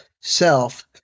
self